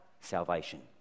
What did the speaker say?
salvation